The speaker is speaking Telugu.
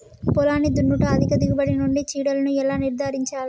పొలాన్ని దున్నుట అధిక దిగుబడి నుండి చీడలను ఎలా నిర్ధారించాలి?